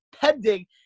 pending